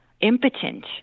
impotent